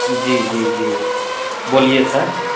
जी जी जी बोलिए सर